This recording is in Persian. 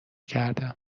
کردم